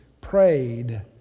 prayed